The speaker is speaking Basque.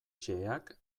xeheak